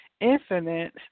infinite